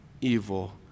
evil